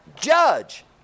judge